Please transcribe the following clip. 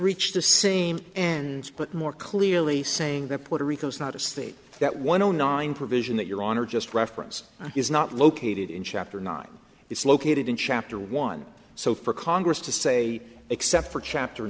reached the same ends but more clearly saying that puerto rico is not a state that one o nine provision that your honor just referenced is not located in chapter nine it's located in chapter one so for congress to say except for chapter